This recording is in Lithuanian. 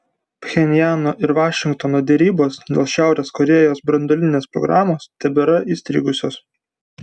pchenjano ir vašingtono derybos dėl šiaurės korėjos branduolinės programos tebėra įstrigusios